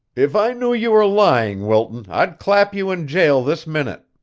if i knew you were lying, wilton, i'd clap you in jail this minute.